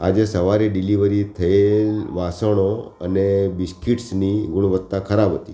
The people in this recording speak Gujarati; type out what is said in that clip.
આજે સવારે ડિલિવરી થયેલ વાસણો અને બિસ્કીટ્સની ગુણવત્તા ખરાબ હતી